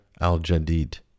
al-Jadid